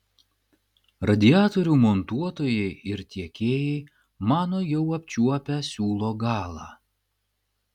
radiatorių montuotojai ir tiekėjai mano jau apčiuopę siūlo galą